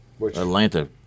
Atlanta